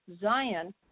Zion